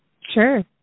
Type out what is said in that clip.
Sure